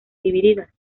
divididas